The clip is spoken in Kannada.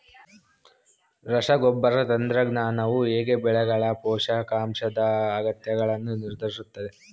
ರಸಗೊಬ್ಬರ ತಂತ್ರಜ್ಞಾನವು ಹೇಗೆ ಬೆಳೆಗಳ ಪೋಷಕಾಂಶದ ಅಗತ್ಯಗಳನ್ನು ನಿರ್ಧರಿಸುತ್ತದೆ?